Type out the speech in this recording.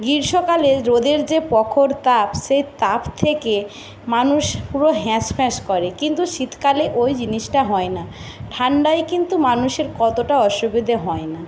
গ্রীষ্মকালে রোদের যে প্রখর তাপ সেই তাপ থেকে মানুষ পুরো হাঁসফাঁস করে কিন্তু শীতকালে ওই জিনিসটা হয় না ঠান্ডায় কিন্তু মানুষের ততটা অসুবিধে হয় না